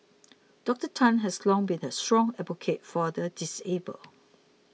Doctor Tan has long been a strong advocate for the disabled